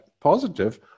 positive